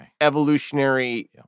evolutionary